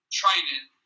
training